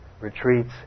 retreats